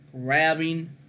grabbing